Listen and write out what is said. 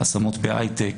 השמות בהייטק,